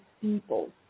people